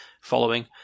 following